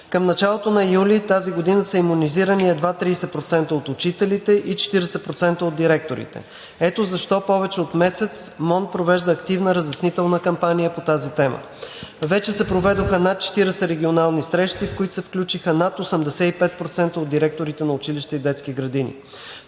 Към началото на юли тази година са имунизирани едва 30% от учителите и 40% от директорите. Ето защо повече от месец МОН провежда активна разяснителна кампания по тази тема. Вече се проведоха над 40 регионални срещи, в които се включиха над 85% от директорите на училища и детски градини.